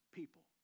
people